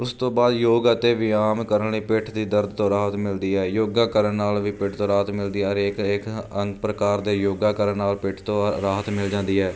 ਉਸ ਤੋਂ ਬਾਅਦ ਯੋਗ ਅਤੇ ਵੀਆਮ ਕਰਨ ਲਈ ਪਿੱਠ ਦੇ ਦਰਦ ਤੋਂ ਰਾਹਤ ਮਿਲਦੀ ਹੈ ਯੋਗਾ ਕਰਨ ਨਾਲ ਵੀ ਪਿੱਠ ਤੋਂ ਰਾਹਤ ਮਿਲਦੀ ਹਰੇਕ ਹਰੇਕ ਅਨੇਕ ਪ੍ਰਕਾਰ ਦੇ ਯੋਗਾ ਕਰਨ ਨਾਲ ਪਿੱਠ ਤੋਂ ਰਾਹਤ ਮਿਲ ਜਾਂਦੀ ਹੈ